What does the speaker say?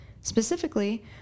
Specifically